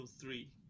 three